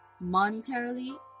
monetarily